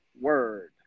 Word